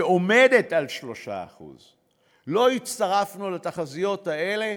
שעומדת על 3%. לא הצטרפנו לתחזיות האלה,